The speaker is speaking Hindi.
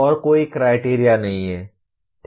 और कोई क्राइटेरिया नहीं है ठीक है